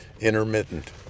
intermittent